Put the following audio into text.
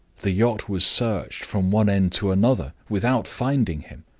the yacht was searched from one end to another without finding him.